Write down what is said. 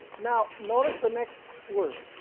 now notice the next word.